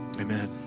Amen